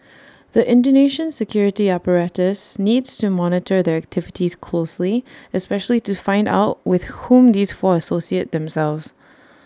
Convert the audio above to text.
the Indonesian security apparatus needs to monitor their activities closely especially to find out with whom these four associate themselves